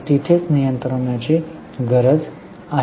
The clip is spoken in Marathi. तिथेच नियंत्रणाची गरज आहे